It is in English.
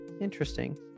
interesting